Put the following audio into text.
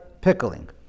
pickling